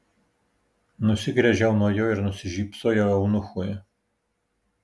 nusigręžiau nuo jo ir nusišypsojau eunuchui